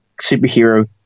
superhero